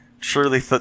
truly